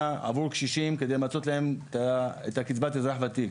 עבור קשישים כדי למצות להם את קבצת אזרח ותיק,